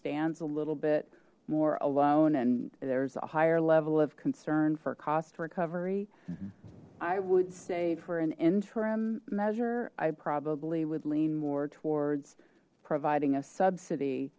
stands a little bit more alone and there's a higher level of concern for cost recovery i would say for an interim measure i probably would lean more towards providing a subsidy